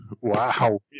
Wow